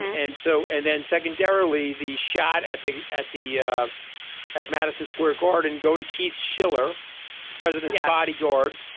and so and then secondarily the shot at the at the yeah at madison square garden go to keith schiller the president's bodyguard.